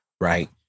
right